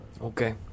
okay